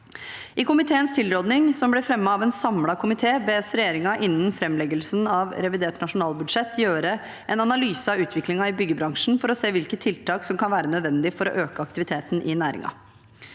I komiteens tilråding, som er fremmet av en samlet komité, bes regjeringen innen framleggelsen av revidert nasjonalbudsjett foreta en analyse av utviklingen i byggebransjen for å se hvilke tiltak som kan være nødvendige for å øke aktiviteten i næringen.